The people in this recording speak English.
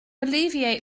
alleviate